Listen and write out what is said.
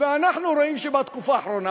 ואנחנו רואים שבתקופה האחרונה,